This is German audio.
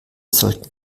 sollten